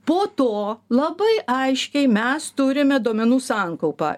po to labai aiškiai mes turime duomenų sankaupą